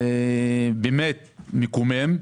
זה באמת מקומם,